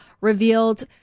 revealed